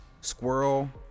squirrel